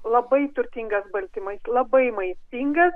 labai turtingas baltymais labai maistingas